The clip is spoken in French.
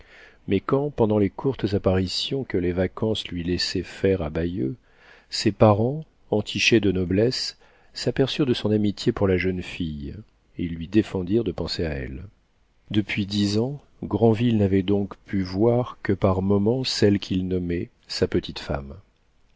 mais quand pendant les courtes apparitions que les vacances lui laissaient faire à bayeux ses parents entichés de noblesse s'aperçurent de son amitié pour la jeune fille ils lui défendirent de penser à elle depuis dix ans granville n'avait donc pu voir que par moments celle qu'il nommait sa petite femme